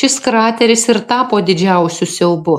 šis krateris ir tapo didžiausiu siaubu